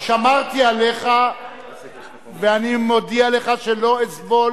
שמרתי עליך ואני מודיע לך שלא אסבול